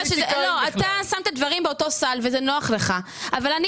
אתה שמת דברים באותו סל וזה נוח לך אבל אני